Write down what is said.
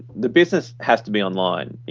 the business has to be online.